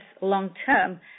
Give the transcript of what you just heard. long-term